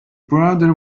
brother